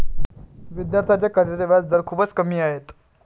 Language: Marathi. विद्यार्थ्यांच्या कर्जाचा व्याजदर खूपच कमी आहे